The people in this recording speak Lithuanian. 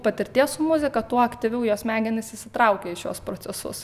patirties su muzika tuo aktyviau jo smegenys įsitraukia į šiuos procesus